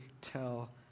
tell